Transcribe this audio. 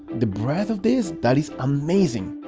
the breadth of this that is amazing.